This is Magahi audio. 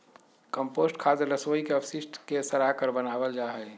कम्पोस्ट खाद रसोई के अपशिष्ट के सड़ाकर बनावल जा हई